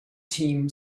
team